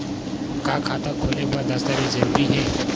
का खाता खोले बर दस्तावेज जरूरी हे?